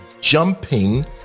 jumping